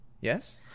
Yes